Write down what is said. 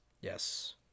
Yes